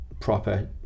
proper